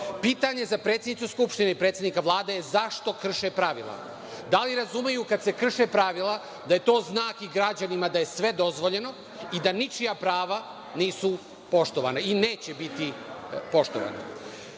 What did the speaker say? red. Pitanje za predsednicu Skupštine i predsednika Vlade – zašto krše pravila? Da li razumeju kada se krše pravila, da je to znak i građanima da je sve dozvoljeno i da ničija prava nisu poštovana i neće biti poštovana. Takođe,